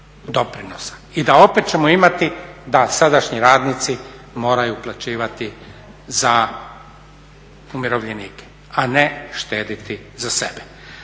i da opet ćemo imati da sadašnji radnici moraju uplaćivati za umirovljenike, a ne štediti za sebe.